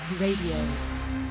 radio